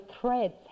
threads